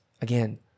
again